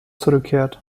zurückkehrt